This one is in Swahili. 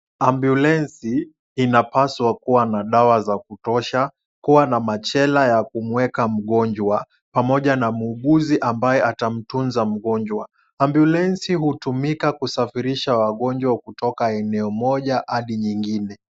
Ambulensi inapaswa kuwa na dawa za kutosha, kuwa na machela ya kumueka mgonjwa, pamoja na muuguzi ambaye atamtunza mgonjwa. Ambulensi hutumika kusafirisha wagonjwa kutoka eneo moja hadi nyingine.